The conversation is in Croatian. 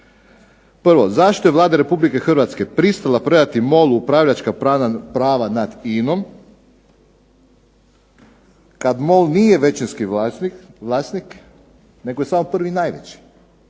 Prvo, zašto je Vlada Republike Hrvatske pristala predati MOL-u upravljačka prava nad INA-om kad MOL nije većinski vlasnik nego je samo prvi najveći.